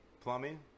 Plumbing